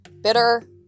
bitter